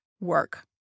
work